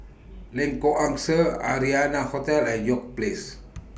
Lengkok Angsa Arianna Hotel and York Place